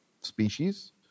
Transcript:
species